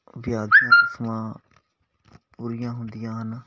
ਵਿਆਹ ਦੀਆਂ ਰਸਮਾਂ ਪੂਰੀਆਂ ਹੁੰਦੀਆ ਹਨ